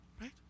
right